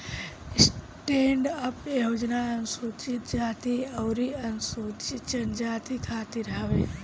stand up योजना अनुसूचित जाती अउरी अनुसूचित जनजाति खातिर हवे